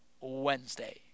Wednesday